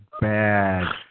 bad